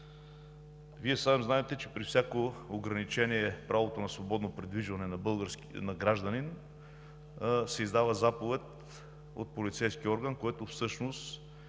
Вие сам знаете, че при всяко ограничаване на правото на свободно придвижване на гражданин се издава заповед от полицейския орган, което всъщност